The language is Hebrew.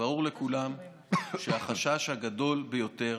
ברור לכולם שהחשש הגדול ביותר